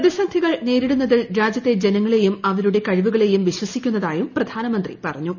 പ്രതിസന്ധികൾ നേരിടുന്നതിൽ രാജ്യത്തെ ജനങ്ങളെയും അവരുടെ കഴിവുകളെയും വിശ്വസിക്കുന്നതായും പ്രധാനമന്ത്രി പറഞ്ഞു